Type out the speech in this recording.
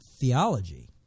theology